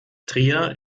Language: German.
trier